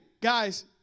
guys